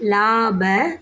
லாப